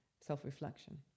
self-reflection